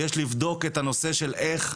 יש לבדוק את הנושא של איך,